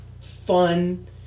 fun